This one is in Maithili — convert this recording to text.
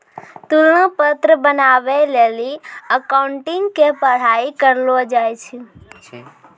तुलना पत्र बनाबै लेली अकाउंटिंग के पढ़ाई करलो जाय छै